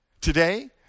Today